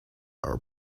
are